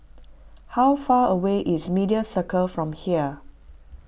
how far away is Media Circle from here